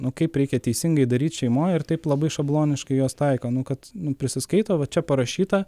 nu kaip reikia teisingai daryti šeimoje ir taip labai šabloniškai jos taiko nu kad prisiskaito va čia parašyta